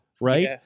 right